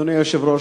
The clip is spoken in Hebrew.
אדוני היושב-ראש,